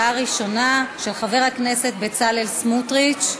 של חבר הכנסת בצלאל סמוטריץ,